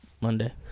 Monday